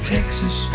Texas